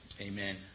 Amen